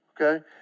okay